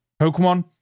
Pokemon